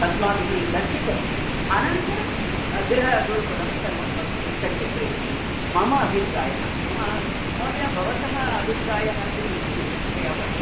अस्माभिः दर्शितव्यम् अनन्तरं गृहगुरुकुलं सर्वं वक्तुं शक्यते इति मम अभिप्रायः म महोदय भवतः अभिप्रायः किम् इति कृपया वदतु